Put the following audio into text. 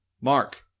Mark